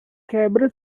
quebra